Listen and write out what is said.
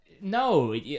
no